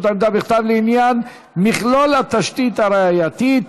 עמדה בכתב לעניין מכלול התשתית הראייתית),